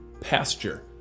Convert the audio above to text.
pasture